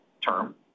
term